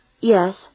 Yes